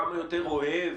כמה יותר אוהב?